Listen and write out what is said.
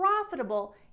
profitable